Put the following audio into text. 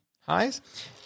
Highs